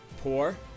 poor